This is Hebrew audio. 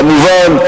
כמובן,